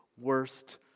worst